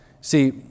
See